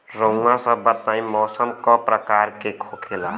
रउआ सभ बताई मौसम क प्रकार के होखेला?